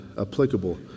applicable